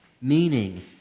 Meaning